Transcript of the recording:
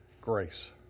Grace